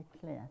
clear